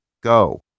Go